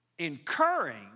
incurring